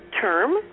term